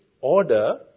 order